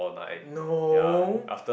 no